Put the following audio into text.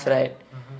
mmhmm